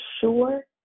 sure